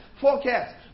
forecast